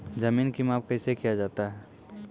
जमीन की माप कैसे किया जाता हैं?